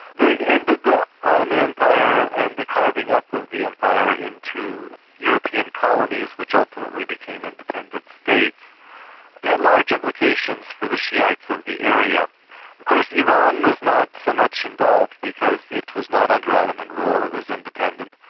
the end of the ottoman empire and the carving up of the empire into european colonies which ultimately became independent states had large implications for the shiites of the area. of course iran was not so much involved because it was not under ottoman rule, it was independent.